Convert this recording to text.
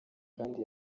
kandi